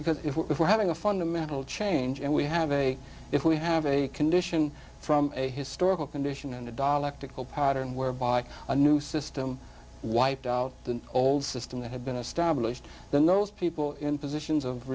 because if we're having a fundamental change and we have a if we have a condition from a historical condition and a dalek tickle pattern whereby a new system wiped out the old system that had been established then those people in positions of